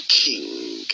king